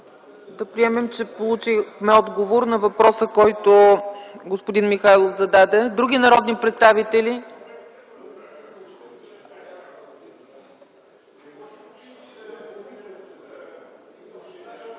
Да приемем, че получихме отговор на въпроса, който зададе господин Михайлов. Други народни представители?